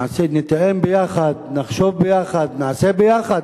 נתאם ביחד, נחשוב ביחד, נעשה ביחד,